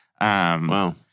Wow